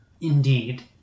Indeed